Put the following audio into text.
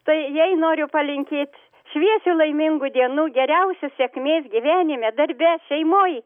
tai jai noriu palinkėt šviesių laimingų dienų geriausios sėkmės gyvenime darbe šeimoj